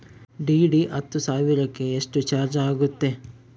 DD ಹತ್ತು ಸಾವಿರಕ್ಕೆ ಎಷ್ಟು ಚಾಜ್೯ ಆಗತ್ತೆ?